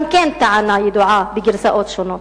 גם כן טענה ידועה בגרסאות שונות.